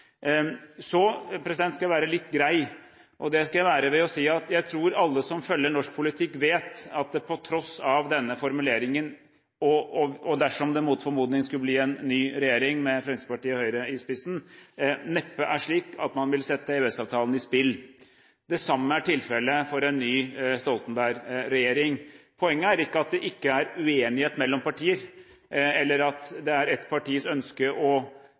Så skal jeg være litt grei: Jeg tror alle som følger norsk politikk, vet at det på tross av denne formuleringen – og dersom det mot formodning skulle bli en ny regjering med Fremskrittspartiet og Høyre i spissen – neppe er slik at man vil sette EØS-avtalen i spill. Det samme er tilfellet for en ny Stoltenberg-regjering. Poenget er ikke at det ikke er uenighet mellom partier, eller at det er ett partis ønske å